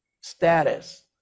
status